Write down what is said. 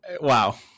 Wow